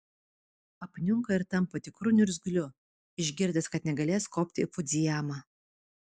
apniunka ir tampa tikru niurzgliu išgirdęs kad negalės kopti į fudzijamą